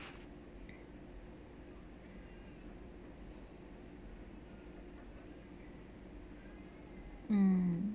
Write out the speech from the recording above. mm